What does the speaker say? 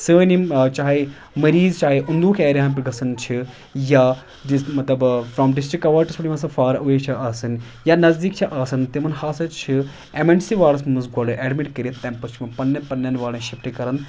سٲنۍ یِم چاہے مٔریٖز چاہے اَندوٗک ایرِیا ہَن پٮ۪ٹھ گَژھان چھِ یا مطلب فرٛام ڈِسٹرٛک کَواٹرَس پٮ۪ٹھ یِم ہَسا فار اَوے چھِ آسان یا نزدیٖک چھِ آسان تِمَن ہسا چھِ اٮ۪مرجنسی وارڈَس منٛز گۄڈَے اٮ۪ڈمِٹ کٔرِتھ تَمہِ پَتہٕ چھِ یِوان پنٛنٮ۪ن پنٛنٮ۪ن وارڈَن شِفٹ کَران